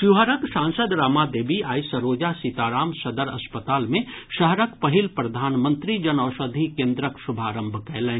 शिवहरक सांसद रमा देवी आइ सरोजा सीताराम सदर अस्पताल मे शहरक पहिल प्रधानमंत्री जन औषधि केंद्रक शुभारंभ कयलनि